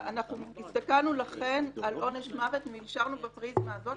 אנחנו לכן הסתכלנו על עונש מוות ונשארנו בפריזמה הזאת,